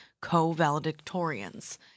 co-valedictorians